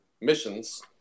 missions